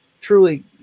truly